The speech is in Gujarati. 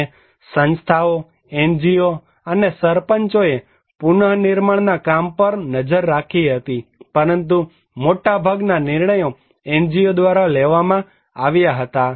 અને સંસ્થાઓ NGO અને સરપંચોએ પુનનિર્માણના કામ પર નજર રાખી હતી પરંતુ મોટાભાગના નિર્ણયો NGO દ્વારા લેવામાં આવ્યા હતા